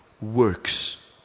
works